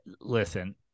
Listen